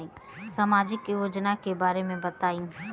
सामाजिक योजना के बारे में बताईं?